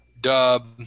Dub